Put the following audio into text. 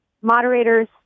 moderator's